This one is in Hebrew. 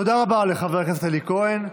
תודה רבה לחבר הכנסת אלי כהן.